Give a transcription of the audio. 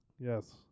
Yes